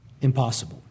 impossible